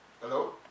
hello